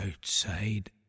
outside